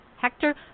Hector